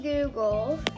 Google